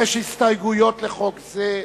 יש הסתייגויות לחוק זה.